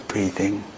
breathing